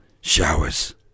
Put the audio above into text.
Showers